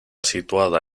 situada